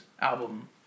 album